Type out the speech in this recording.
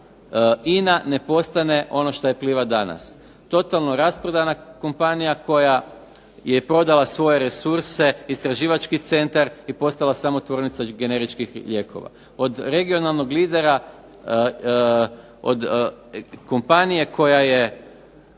INA ne postane ono što je Pliva danas. Totalno rasprodana kompanija koja je prodala svoje resurse, istraživački centar i postala samo tvornica generičkih lijekova. Od regionalnog lidera, od kompanije koja je